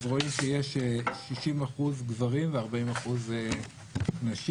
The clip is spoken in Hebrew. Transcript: אז רואים שיש 60% גברים ו-40% נשים.